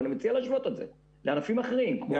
ואני מציע להשוות את זה לענפים אחרים כמו